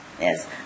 Yes